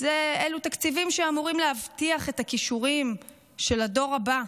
אלו תקציבים שאמורים להבטיח את הכישורים של הדור הבא.